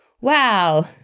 wow